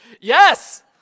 Yes